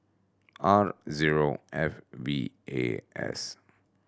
R zero F V A S